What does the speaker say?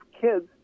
kids